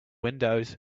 windows